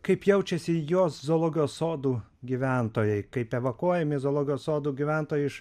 kaip jaučiasi jos zoologijos sodų gyventojai kaip evakuojami zoologijos sodų gyventojų iš